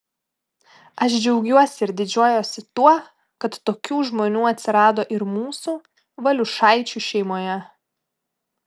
aš džiaugiuosi ir didžiuojuosi tuo kad tokių žmonių atsirado ir mūsų valiušaičių šeimoje